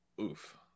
Oof